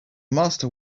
master